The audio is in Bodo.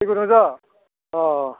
दै गुदुंजों अह